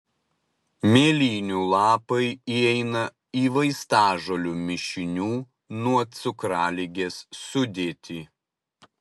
mėlynių lapai įeina į vaistažolių mišinių nuo cukraligės sudėtį